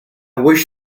wish